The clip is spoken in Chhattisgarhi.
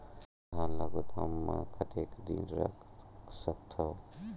धान ल गोदाम म कतेक दिन रख सकथव?